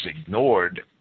ignored